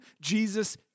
Jesus